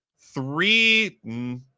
three